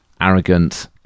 arrogant